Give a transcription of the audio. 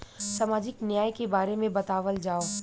सामाजिक न्याय के बारे में बतावल जाव?